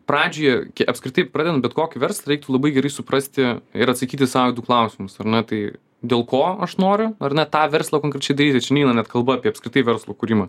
pradžioj apskritai pradedant bet kokį verslą reiktų labai gerai suprasti ir atsakyti sau į du klausimus ar ne tai dėl ko aš noriu ar ne tą verslą konkrečiai daryt tai čia neina net kalba apie apskritai verslo kūrimą